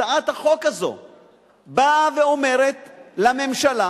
הצעת החוק הזאת אומרת לממשלה